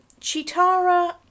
Chitara